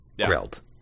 grilled